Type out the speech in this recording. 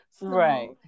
Right